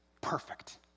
perfect